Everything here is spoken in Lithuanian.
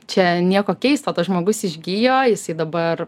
čia nieko keisto tas žmogus išgijo jisai dabar